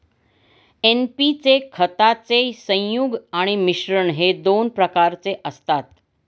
NP चे खताचे संयुग आणि मिश्रण हे दोन प्रकारचे असतात